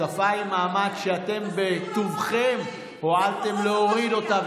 שפה עם מעמד שאתם בטובכם הואלתם להוריד אותה,